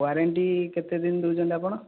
warranty କେତେ ଦିନ ଦେଉଛନ୍ତି ଆପଣ